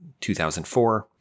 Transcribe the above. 2004